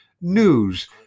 news